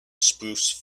spruce